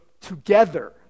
together